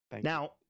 Now